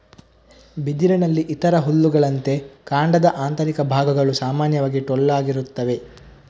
ಬಿದಿರಿನಲ್ಲಿ ಇತರ ಹುಲ್ಲುಗಳಂತೆ, ಕಾಂಡದ ಆಂತರಿಕ ಭಾಗಗಳು ಸಾಮಾನ್ಯವಾಗಿ ಟೊಳ್ಳಾಗಿರುತ್ತವೆ